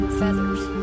feathers